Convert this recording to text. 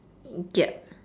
gap